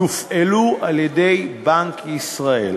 תופעלו על-ידי בנק ישראל.